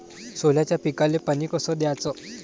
सोल्याच्या पिकाले पानी कस द्याचं?